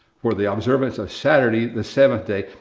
for the observance of saturday, the seventh day,